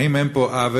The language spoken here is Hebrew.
האם אין פה עוול?